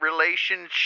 relationship